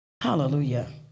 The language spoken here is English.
Hallelujah